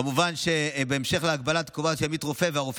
כמובן שבהמשך להגבלה הקובעת כי עמית הרופא